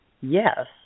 yes